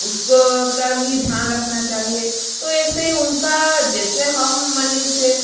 उसको कभी ध्यान रखना चाहिए तो ऐसे ही उनका जैसे हम मनुष्य